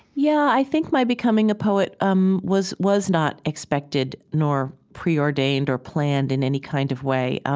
yeah, i think my becoming a poet um was was not expected nor preordained or planned in any kind of way. um